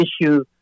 issue